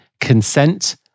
consent